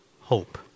hope